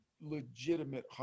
legitimate